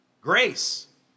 Grace